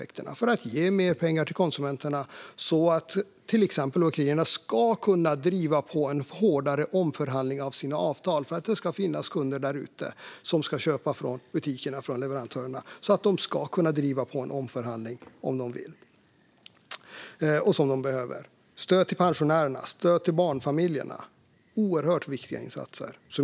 Vi gör det genom att ge mer pengar till konsumenterna så att exempelvis åkerierna ska kunna driva på en hårdare omförhandling av sina avtal. Det ska finnas kunder där ute som ska handla från butikerna och leverantörerna så att dessa kan driva på för en omförhandling om de vill och som de behöver. Det handlar om stöd till pensionärerna och barnfamiljerna. Det är oerhört viktiga insatser.